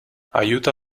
aiuta